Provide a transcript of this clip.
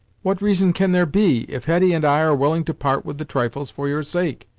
what reason can there be, if hetty and i are willing to part with the trifles for your sake,